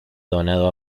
donado